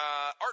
Art